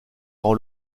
rend